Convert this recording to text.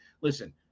Listen